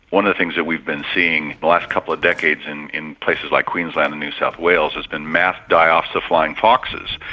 one of the things that we've been seeing in the last couple of decades in in places like queensland and new south wales has been mass die-offs of flying foxes,